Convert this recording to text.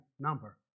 number